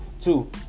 Two